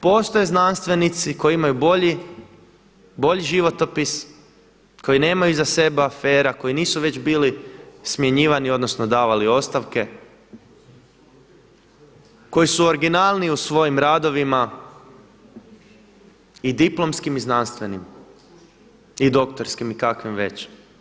Postoje znanstvenici koji imaju bolji životopis, koji nemaju iza sebe afera, koji nisu već bili smjenjivani odnosno davali ostavke, koji su originalni u svojim radovima i diplomskim, i znanstvenim, i doktorskim i kakvim već.